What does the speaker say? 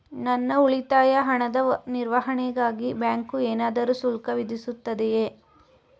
ನನ್ನ ಉಳಿತಾಯ ಹಣದ ನಿರ್ವಹಣೆಗಾಗಿ ಬ್ಯಾಂಕು ಏನಾದರೂ ಶುಲ್ಕ ವಿಧಿಸುತ್ತದೆಯೇ?